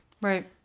Right